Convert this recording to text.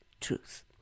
truth